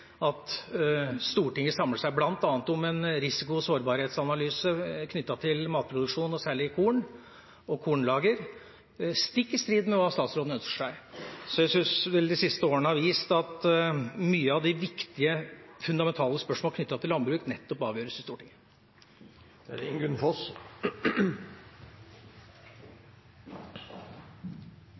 at Stortinget samler seg bl.a. om en risiko- og sårbarhetsanalyse knyttet til matproduksjon og særlig korn og kornlager – stikk i strid med hva statsråden ønsker seg. Så jeg syns de siste åra har vist at mye at de viktige, fundamentale spørsmålene knyttet til landbruk nettopp avgjøres i Stortinget. Innbyggernes rett til å ferdes i norsk utmark er